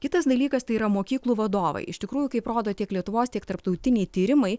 kitas dalykas tai yra mokyklų vadovai iš tikrųjų kaip rodo tiek lietuvos tiek tarptautiniai tyrimai